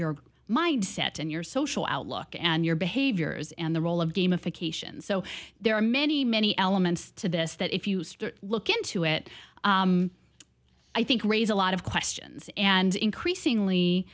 your mindset and your social outlook and your behaviors and the role of game if occasion so there are many many elements to this that if you look into it i think raise a lot of questions and increasingly